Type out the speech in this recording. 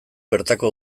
bertako